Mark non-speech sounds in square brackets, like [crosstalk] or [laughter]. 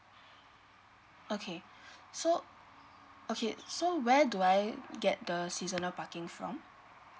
okay [breath] so okay so where do I get the seasonal parking from